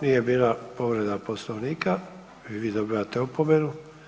Nije bila povreda Poslovnika i vi dobivate opomenu.